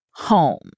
Home